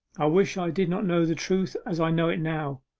i wish i did not know the truth as i know it now!